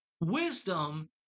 wisdom